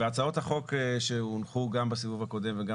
בהצעות החוק שהונחו גם בסיבוב הקודם וגם